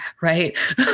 right